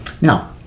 Now